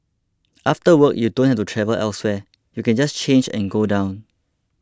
after work you don't have to travel elsewhere you can just change and go down